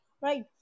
right